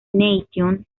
nation